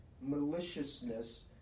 maliciousness